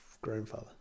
grandfather